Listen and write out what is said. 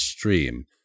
stream